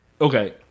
Okay